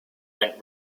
went